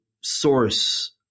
source